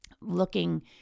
looking